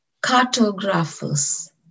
cartographers